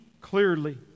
clearly